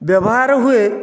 ବ୍ୟବହାର ହୁଏ